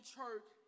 church